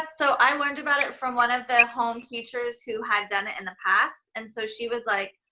so i learned about it from one of the home teachers who had done it in the past. and so she was like,